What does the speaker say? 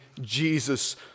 Jesus